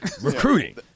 Recruiting